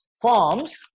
forms